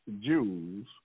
Jews